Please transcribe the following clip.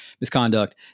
misconduct